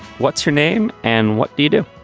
what's her name and what do you do?